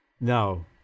No